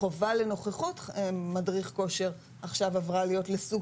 החובה לנוכחות מדריך כושר עכשיו עברה להיות לסוג